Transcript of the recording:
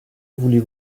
voulez